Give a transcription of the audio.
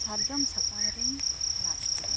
ᱥᱟᱨᱡᱚᱢ ᱥᱟᱠᱟᱢ ᱨᱤᱧ ᱞᱟᱜ ᱠᱮᱫᱟ